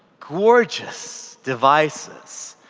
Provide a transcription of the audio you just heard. gorgeous devices?